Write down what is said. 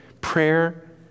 prayer